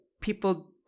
people